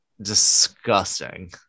disgusting